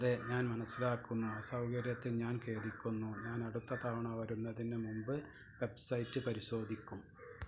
അതെ ഞാൻ മനസ്സിലാക്കുന്നു അസൗകര്യത്തിൽ ഞാൻ ഖേദിക്കുന്നു ഞാൻ അടുത്ത തവണ വരുന്നതിന് മുമ്പ് വെബ്സൈറ്റ് പരിശോധിക്കും